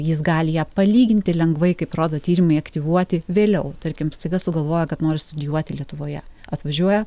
jis gali ją palyginti lengvai kaip rodo tyrimai aktyvuoti vėliau tarkim staiga sugalvoja kad nori studijuoti lietuvoje atvažiuoja